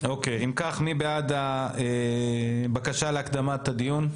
מי בעד הבקשה להקדמת הדיון?